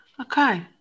Okay